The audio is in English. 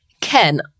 Ken